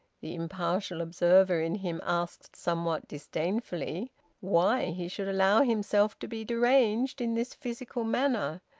the impartial observer in him asked somewhat disdainfully why he should allow himself to be deranged in this physical manner,